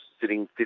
sitting